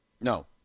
No